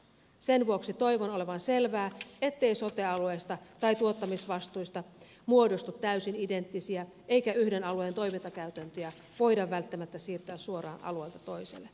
sen vuoksi toivon olevan selvää ettei sote alueista tai tuottamisvastuista muodostu täysin identtisiä eikä yhden alueen toimintakäytäntöjä voida välttämättä siirtää suoraan alueelta toiselle